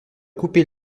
couper